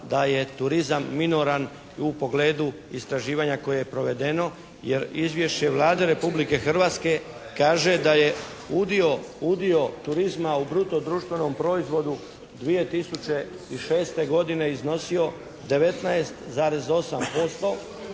da je turizam minoran u pogledu istraživanja koje je provedeno jer izvješće Vlade Republike Hrvatske kaže da je udio turizma u bruto društvenom proizvodu 2006. godine iznosio 19,8%